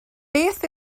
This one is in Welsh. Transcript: beth